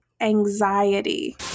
Anxiety